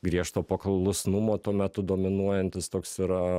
griežto paklusnumo tuo metu dominuojantis toks yra